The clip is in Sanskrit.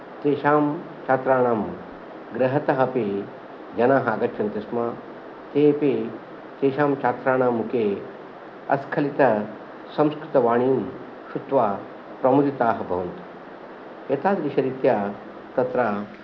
तेषां छात्राणाम् गृहतः अपि जनाः आगच्छन्ति स्म तेऽपि तेषां छात्राणां मुखे अस्खलित संस्कृतवाणीं शृत्वा प्रमुदिताः भवन्ति एतादृशरीत्या तत्र